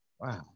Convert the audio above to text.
Wow